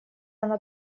она